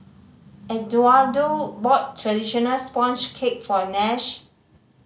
Eduardo bought traditional sponge cake for Nash